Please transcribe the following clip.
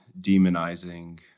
demonizing